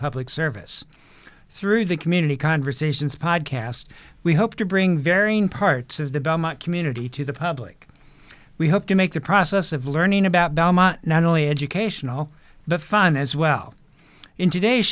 public service through the community conversations podcast we hope to bring varying parts of the belmont community to the public we hope to make the process of learning about dhamma not only educational but fun as well in today's